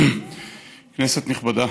כנסת נכבדה,